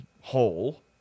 hole